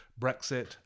Brexit